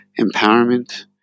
empowerment